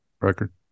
record